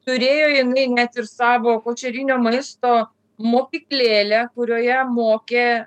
turėjo jinai net ir savo košerinio maisto mokyklėlę kurioje mokė